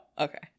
Okay